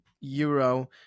euro